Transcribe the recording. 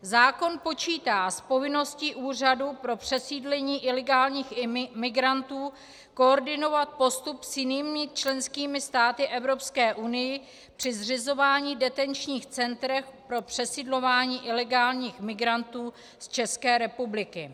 Zákon počítá s povinností úřadu pro přesídlení ilegálních migrantů koordinovat postup s jinými členskými státy Evropské unie při zřizování detenčních center pro přesidlování ilegálních migrantů z České republiky.